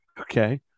okay